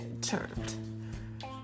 turned